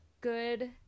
good